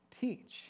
teach